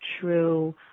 true